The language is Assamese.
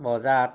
বজাত